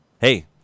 Hey